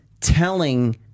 telling